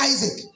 Isaac